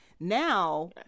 Now